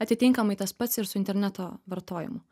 atitinkamai tas pats ir su interneto vartojimu